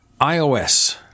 iOS